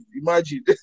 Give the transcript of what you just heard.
Imagine